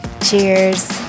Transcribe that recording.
Cheers